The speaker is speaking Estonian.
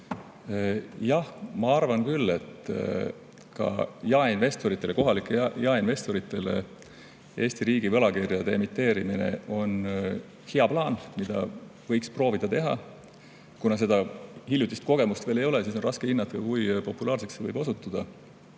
Jah, ma arvan küll, et ka jaeinvestoritele, kohalikele jaeinvestoritele Eesti riigi võlakirjade emiteerimine on hea plaan, mida võiks proovida. Kuna kogemust veel ei ole, siis on raske hinnata, kui populaarseks see võib osutuda.